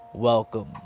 Welcome